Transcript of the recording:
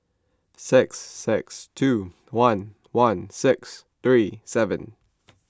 six six two one one six three seven